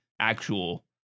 Actual